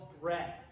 bread